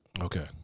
Okay